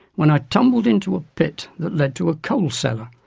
when i tumbled into a pit that led to a coal cellar.